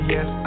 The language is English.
Yes